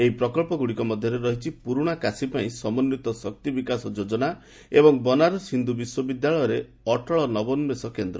ଏହି ପ୍ରକବ୍ଧଗୁଡ଼ିକ ମଧ୍ୟରେ ରହିଛି ପୁରୁଣା କାଶୀ ପାଇଁ ସମନ୍ଦିତ ଶକ୍ତି ବିକାଶ ଯୋଜନା ଏବଂ ବନାରସ ହିନ୍ଦୁ ବିଶ୍ୱବିଦ୍ୟାଳୟରେ ଅଟଳ ନବୋନ୍ଦ୍ରେଷ କେନ୍ଦ୍ର